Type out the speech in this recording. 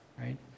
right